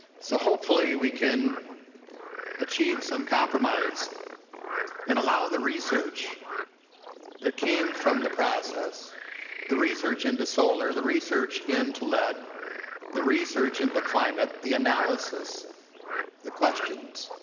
so hopefully we can achieve some compromise and allow the research that came from the process the research into solar the research into lead the research into climate the analysis the questions